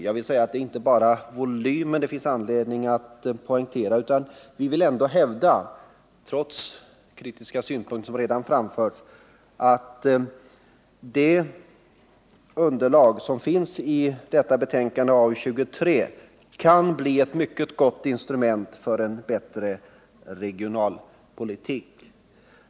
Jag vill säga att det är inte bara volymen det finns anledning att poängtera, utan jag vill ändå hävda — trots kritiska synpunkter som redan framförts — att det underlag som finns i betänkandet AU 1978/79:23 kan bli ett mycket gott instrument för en bättre regionalpolitik.